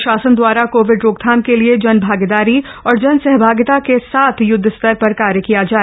प्रशासन दवारा कोविड रोकथाम के लिए जनभागीदारी और जनसहभागिता के साथ युद्धस्तर पर कार्य किया जाय